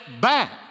back